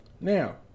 Now